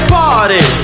party